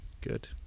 Good